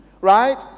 right